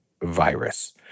virus